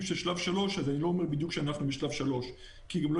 של שלב 3 אז אני לא אומר בדיוק שאנחנו בשלב 3 כי גם לא